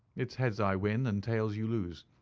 it's heads i win and tails you lose.